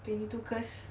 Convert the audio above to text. twenty two curse